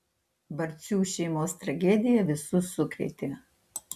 barcių šeimos tragedija visus sukrėtė